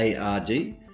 ARD